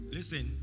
Listen